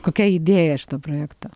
kokia idėja šito projekto